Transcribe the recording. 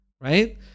right